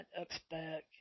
expect